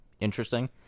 interesting